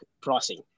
pricing